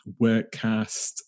Workcast